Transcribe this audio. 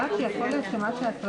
ננצח, אני מאמינה בזה.